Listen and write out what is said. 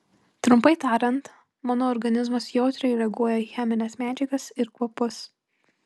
trumpai tariant mano organizmas jautriai reaguoja į chemines medžiagas ir kvapus